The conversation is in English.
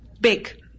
big